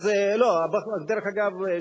דרך אגב,